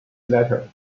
letter